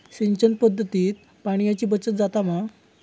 सिंचन पध्दतीत पाणयाची बचत जाता मा?